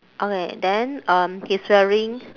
okay then um he's wearing